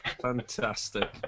Fantastic